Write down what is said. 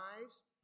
lives